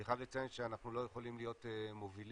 אני חייב לציין שאנחנו לא יכולים להיות מובילים,